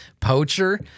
poacher